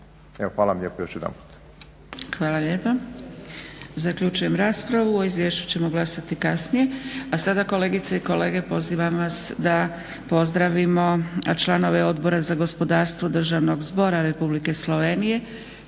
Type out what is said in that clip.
vam lijepo još jedan put.